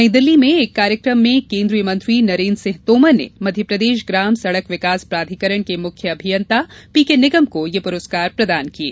नई दिल्ली में एक कार्यक्रम में केन्द्रीय मंत्री नरेन्द्र सिंह तोमर ने मध्यप्रदेश ग्राम सड़क विकास प्राधिकरण के मुख्य अभियंता पीके निगम को यह पुरस्कार प्रदान किये